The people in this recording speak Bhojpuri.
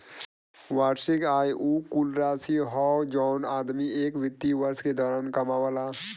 वार्षिक आय उ कुल राशि हौ जौन आदमी एक वित्तीय वर्ष के दौरान कमावला